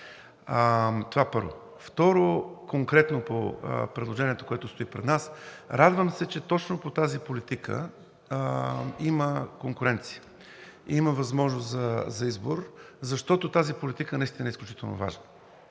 това първо. Второ, конкретно по предложението, което стои пред нас. Радвам се, че точно по тази политика има конкуренция, има възможност за избор, защото тази политика е изключително важна.